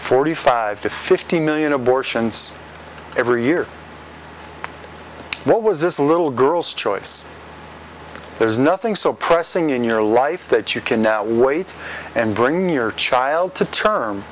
forty five to fifty million abortions every year what was this little girl's choice there's nothing so pressing in your life that you can now wait and bring your child to term